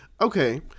Okay